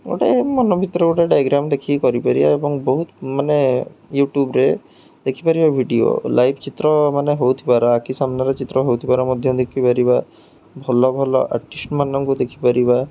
ଗୋଟେ ମନ ଭିତରେ ଗୋଟେ ଡାଇଗ୍ରାମ୍ ଦେଖିକି କରିପାରିବା ଏବଂ ବହୁତ ମାନେ ୟୁଟ୍ୟୁବ୍ରେ ଦେଖିପାରିବା ଭିଡ଼ିଓ ଲାଇଭ୍ ଚିତ୍ର ମାନେ ହଉଥିବାର ଆଖି ସାମ୍ନାରେ ଚିତ୍ର ହଉଥିବାର ମଧ୍ୟ ଦେଖିପାରିବା ଭଲ ଭଲ ଆର୍ଟିଷ୍ଟ ମାନଙ୍କୁ ଦେଖିପାରିବା